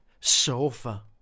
sofa